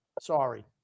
Sorry